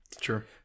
Sure